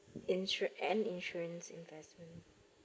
insured and insurance investment